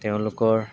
তেওঁলোকৰ